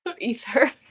Ether